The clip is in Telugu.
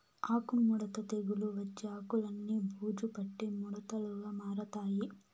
ఆకు ముడత తెగులు వచ్చి ఆకులన్ని బూజు పట్టి ముడతలుగా మారతాయి